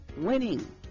winning